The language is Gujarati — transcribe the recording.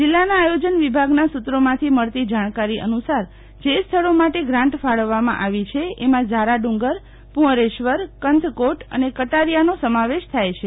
જીલ્લાનાં આયોજન વિભાગના સુત્રોમાંથી મળતી જાળકારી અનુસાર જે સ્થળો માટે ગ્રાન્ટ ફાળવવામાં આવે છે એમાં ઝારાડુંગરપુંઅરેશ્વરકંથકોટ અને કટારીયાનો સમાવેશ થાય છે